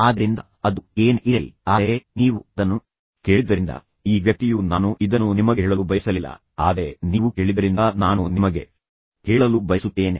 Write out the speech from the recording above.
ಆದ್ದರಿಂದ ಅದು ಏನೇ ಇರಲಿ ಆದರೆ ನೀವು ಅದನ್ನು ಕೇಳಿದ್ದರಿಂದ ಈ ವ್ಯಕ್ತಿಯು ನಾನು ಇದನ್ನು ನಿಮಗೆ ಹೇಳಲು ಬಯಸಲಿಲ್ಲ ಆದರೆ ನೀವು ಕೇಳಿದ್ದರಿಂದ ನಾನು ನಿಮಗೆ ಹೇಳಲು ಬಯಸುತ್ತೇನೆ